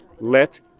let